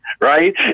right